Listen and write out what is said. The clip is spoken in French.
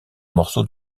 morceaux